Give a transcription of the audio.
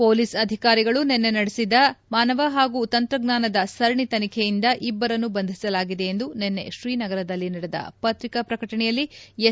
police ಅಧಿಕಾರಿಗಳು ನಿನ್ನೆ ನಡೆಸಿದ ಮಾನವ ಪಾಗೂ ತಂತ್ರಜ್ಞಾನದ ಸರಣಿ ತನಿಖೆಯಿಂದ ಇಬ್ಬರನ್ನು ಬಂಧಿಸಲಾಗಿದೆ ಎಂದು ನಿನ್ನೆ ಶ್ರೀನಗರದಲ್ಲಿ ನಡೆದ ಪತ್ರಿಕಾ ಪ್ರಕಟಣೆಯಲ್ಲಿ ಎಸ್